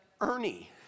Ernie